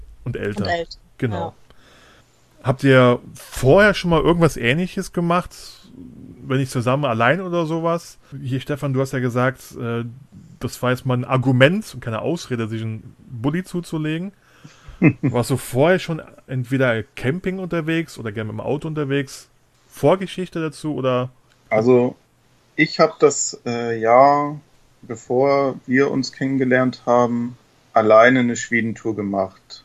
und älter. Und älter, Genau. ja. Habt ihr vorher schon mal irgendwas Ähnliches gemacht? Wenn nicht zusammen, allein oder sowas? Hier, Stefan, du hast ja gesagt, äh, das war jetzt mal ein Argument und keine Ausrede, sich einen Bulli zuzulegen. Warst du vorher schon entweder Camping unterwegs oder gerne mit dem Auto unterwegs? Vorgeschichte dazu oder? Also, ich hab das, äh, Jahr, bevor wir uns kennengelernt haben, alleine eine Schwedentour gemacht.